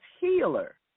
healer